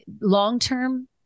long-term